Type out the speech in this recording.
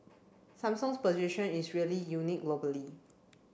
Samsung's position is really unique globally